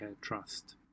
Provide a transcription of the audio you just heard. Trust